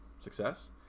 success